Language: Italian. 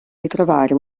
ritrovare